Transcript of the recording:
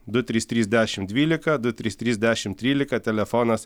du trys trys dešim dvylika du trys trys dešim trylika telefonas